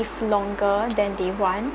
if longer than they want